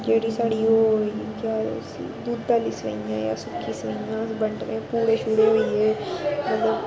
जेह्ड़ी साढ़ी ओह् केह् आखदे उसी दुद्ध आह्ली सवेइयां जां सुक्की सवेइयां अस बंडने पुड़े छूड़े होई गे मतलब